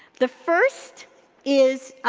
the first is